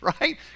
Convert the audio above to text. right